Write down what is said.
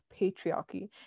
patriarchy